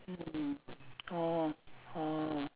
mm mm orh orh orh